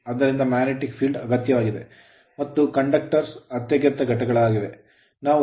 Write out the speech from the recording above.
ಆದ್ದರಿಂದ magnetic field ಕಾಂತೀಯ ಕ್ಷೇತ್ರವು ಅಗತ್ಯವಾಗಿದೆ ಮತ್ತು conductors ವಾಹಕಗಳು ಅತ್ಯಗತ್ಯ ಘಟಕಗಳಾಗಿವೆ